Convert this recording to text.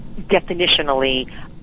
definitionally